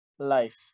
life